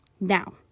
Now